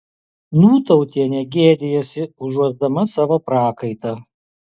nūtautienė gėdijasi užuosdama savo prakaitą